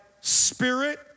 Spirit